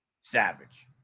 Savage